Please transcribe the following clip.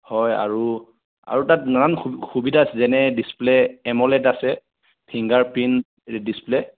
হয় আৰু আৰু তাত ইমান সুবিধা যেনে ডিছপ্লে এম'লেড আছে ফিংগাৰ প্ৰিণ্ট ডিছপ্লে